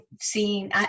seen